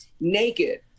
naked